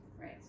Right